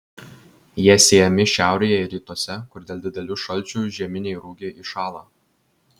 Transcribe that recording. jie sėjami šiaurėje ir rytuose kur dėl didelių šalčių žieminiai rugiai iššąla